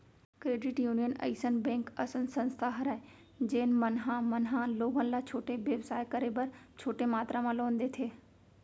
credit union अइसन bank असन संस्था हरय जेन मन ह मन ह लोगन ल कोनो बेवसाय करे बर छोटे मातरा म लोन देथे